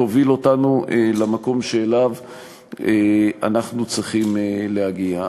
תוביל אותנו למקום שאליו אנחנו צריכים להגיע.